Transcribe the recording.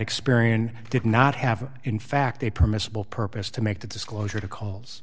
experian did not have in fact a permissible purpose to make the disclosure to calls